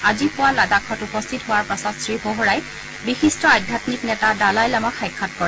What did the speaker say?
আজি পুৱা লাডাখত উপস্থিত হোৱাৰ পাছত শ্ৰী ভোহৰাই বিশিষ্ট আধ্যামিক নেতা দালাই লামাক সাক্ষাৎ কৰে